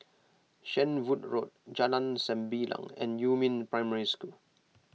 Shenvood Road Jalan Sembilang and Yumin Primary School